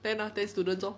ten ah ten students lor